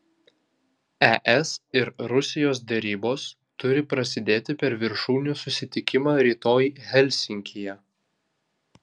es ir rusijos derybos turi prasidėti per viršūnių susitikimą rytoj helsinkyje